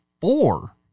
four